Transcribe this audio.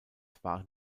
waren